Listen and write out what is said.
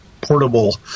portable